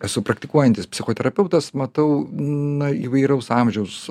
esu praktikuojantis psichoterapeutas matau na įvairaus amžiaus